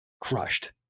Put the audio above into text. crushed